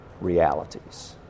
realities